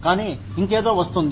కానీ ఇంకేదో వస్తుంది